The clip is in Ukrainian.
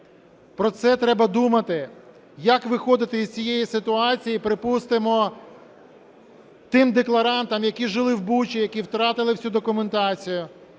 Про це треба думати, як виходити із цієї ситуації, припустимо, тим декларантам, які жили в Бучі, які втратили всю документацію,